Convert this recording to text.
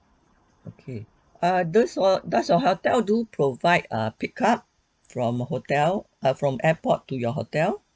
okay err does your does your hotel do provide a pickup from hotel err from airport to your hotel